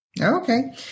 Okay